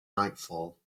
nightfall